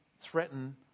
threaten